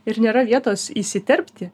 ir nėra vietos įsiterpti